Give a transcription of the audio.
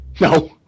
No